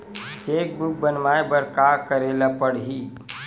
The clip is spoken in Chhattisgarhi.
चेक बुक बनवाय बर का करे ल पड़हि?